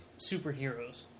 superheroes